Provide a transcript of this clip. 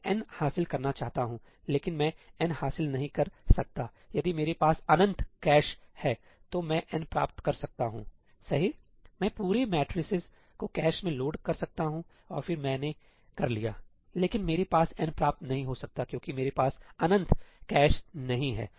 मैं 'n' हासिल करना चाहता हूंलेकिन मैं n हासिल नहीं कर सकतायदि मेरे पास अनंत कैश है तो मैं 'n' प्राप्त कर सकता हूं सही मैं पूरे मेट्रिसेस को कैश में लोड कर सकता हूं और फिर मैंने कर लियालेकिन मेरे पास n प्राप्त नहीं हो सकता क्योंकि मेरे पास अनंत कैश नहीं है